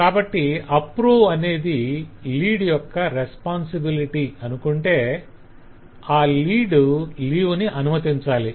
కాబట్టి 'approve' అనుమతి అనేది లీడ్ యొక్క 'responsibility' బాధ్యత అనుకుంటే ఆ లీడ్ లీవ్ ని అనుమతించాలి